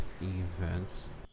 events